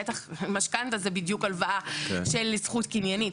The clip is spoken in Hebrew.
בטח במשכנתא, שהיא בדיוק הלוואה של זכות קניינית.